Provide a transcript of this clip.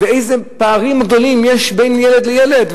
איזה פערים גדולים יש בין ילד לילד,